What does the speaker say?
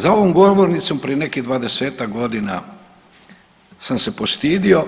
Za ovom govornicom, prije nekih 20-tak godina sam se postidio,